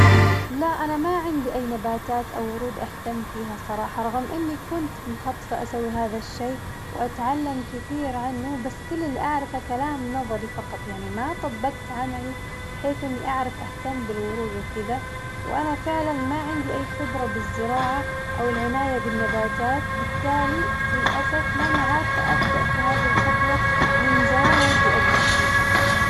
لا أنا ما عندي أي نباتات أو ورود أهتم فيها صراحة، رغم إني كنت مخططة أسوي هذا الشي وأتعلم كثير عنه بس كل اللي أعرفه كلام نظري فقط يعني ما طبقت عملي بحيث إني أعرف أهتم بالورود وكذا، وأنا فعلاً ما عندي أي خبرة بالزراعة أو العناية بالنباتات بالتالي للأسف ماني عارفة أبدأ في هذي الخطوة اللي من زمان ودي أبدأ فيها.